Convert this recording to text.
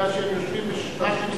כאשר הם יושבים בשטחה,